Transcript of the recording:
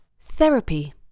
Therapy